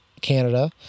Canada